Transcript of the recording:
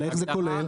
איך זה כולל?